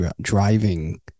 driving